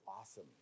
awesome